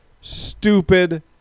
stupid